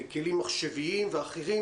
בכלים מחשבים ואחרים,